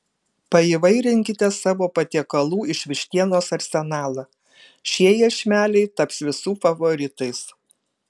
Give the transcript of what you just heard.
paįvairinkite savo patiekalų iš vištienos arsenalą šie iešmeliai taps visų favoritais